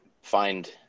find